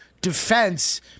defense